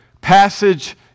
passage